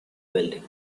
building